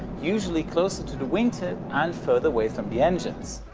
usually closer to the wing tip and further away from the engines.